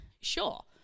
sure